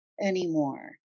anymore